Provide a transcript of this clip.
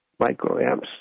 microamps